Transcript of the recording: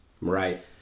Right